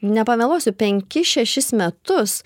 nepameluosiu penkis šešis metus